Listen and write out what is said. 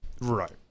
Right